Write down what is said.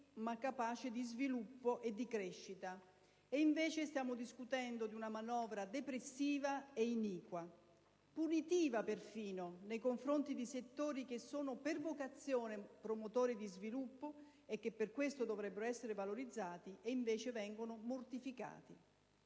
capace di sviluppo e di crescita. Invece si sta discutendo di una manovra depressiva e iniqua, persino punitiva nei confronti di settori che sono per vocazione promotori di sviluppo e che per questo dovrebbero essere valorizzati, ma invece vengono mortificati.